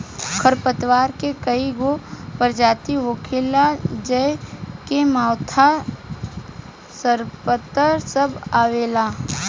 खर पतवार के कई गो परजाती होखेला ज़ेइ मे मोथा, सरपत सब आवेला